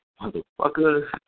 Motherfucker